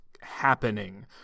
happening